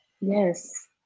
Yes